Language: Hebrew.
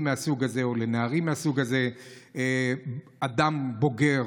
מהסוג הזה או לנערים מהסוג הזה אדם בוגר,